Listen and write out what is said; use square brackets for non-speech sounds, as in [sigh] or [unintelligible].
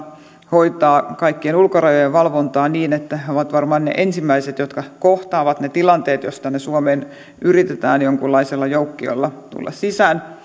hoitaa kaikkien ulkorajojen valvontaa niin että he ovat varmaan ne ensimmäiset jotka kohtaavat ne tilanteet jos tänne suomeen yritetään jonkunlaisella joukkiolla tulla sisään [unintelligible]